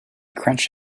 crunch